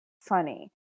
funny